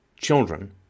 children